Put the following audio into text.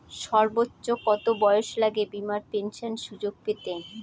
সর্বোচ্চ কত বয়স লাগে বীমার পেনশন সুযোগ পেতে?